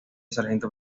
sargento